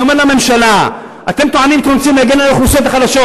אני אומר לממשלה: אתם טוענים שאתם רוצים להגן על האוכלוסיות החלשות,